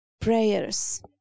prayers